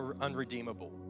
unredeemable